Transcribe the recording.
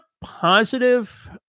positive